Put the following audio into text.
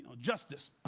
ah justice.